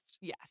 Yes